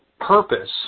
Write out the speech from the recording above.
purpose